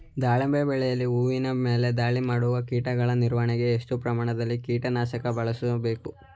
ದಾಳಿಂಬೆ ಬೆಳೆಯಲ್ಲಿ ಹೂವಿನ ಮೇಲೆ ದಾಳಿ ಮಾಡುವ ಕೀಟಗಳ ನಿರ್ವಹಣೆಗೆ, ಎಷ್ಟು ಪ್ರಮಾಣದಲ್ಲಿ ಕೀಟ ನಾಶಕ ಬಳಸಬೇಕು?